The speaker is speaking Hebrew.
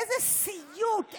איזה סיוט.